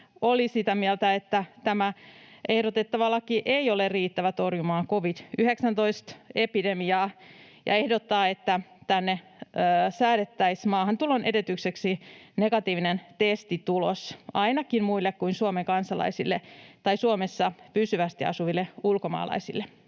oli sitä mieltä, että tämä ehdotettava laki ei ole riittävä torjumaan covid-19-epidemiaa, ja ehdottaa, että tänne säädettäisiin maahantulon edellytykseksi negatiivinen testitulos ainakin muille kuin Suomen kansalaisille tai Suomessa pysyvästi asuville ulkomaalaisille.